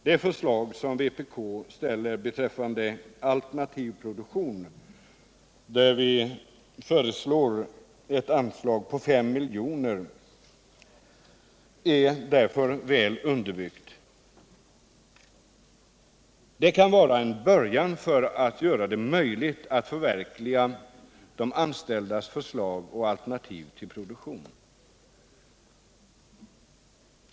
Det förslag som vpk ställer beträffande alternativ produktion med ett anslag på 500 miljoner är därför väl underbyggt. Det kan vara en början till att göra det möjligt att förverkliga de anställdas förslag till alternativ produktion.